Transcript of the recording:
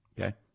Okay